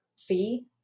fee